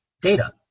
data